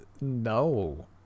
No